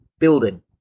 building